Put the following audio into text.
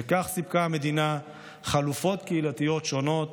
בכך סיפקה המדינה חלופות קהילתיות שונות,